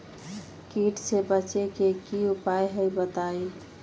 कीट से बचे के की उपाय हैं बताई?